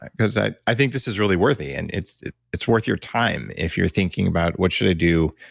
because i i think this is really worthy, and it's it's worth your time. if you're thinking about, what should i do,